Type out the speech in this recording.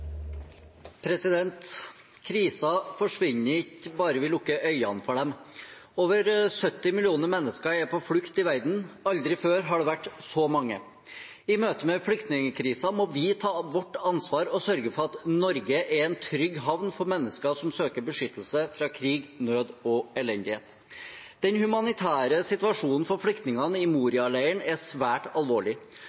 vi lukker øynene for dem. Over 70 millioner mennesker er på flukt i verden – aldri før har det vært så mange. I møte med flyktningkriser må vi ta vårt ansvar og sørge for at Norge er en trygg havn for mennesker som søker beskyttelse fra krig, nød og elendighet. Den humanitære situasjonen for flyktningene i